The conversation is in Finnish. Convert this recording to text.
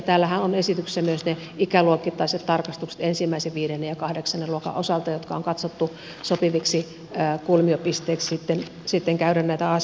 täällähän ovat esityksessä myös ne ikäluokittaiset tarkastukset ensimmäisen viidennen ja kahdeksannen luokan osalta jotka on katsottu sopiviksi kulminaatiopisteiksi sitten käydä näitä asioita läpi